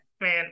man